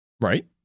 Right